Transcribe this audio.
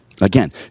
Again